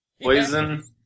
Poison